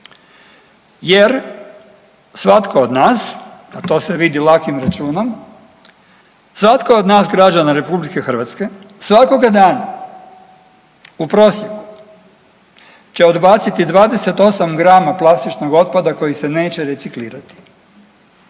jer svatko od nas, a to se vidi u …/Govornik se ne razumije/… računom, svatko od nas građana RH svakoga dana u prosjeku će odbaciti 28 grama plastičnog otpada koji se neće reciklirati,